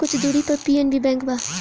कुछ दूर पर पी.एन.बी बैंक बा